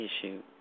issue